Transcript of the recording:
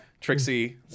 Trixie